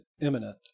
imminent